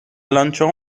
lanciò